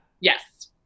Yes